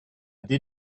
did